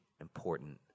important